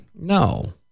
No